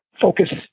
focus